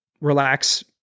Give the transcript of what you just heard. relax